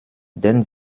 den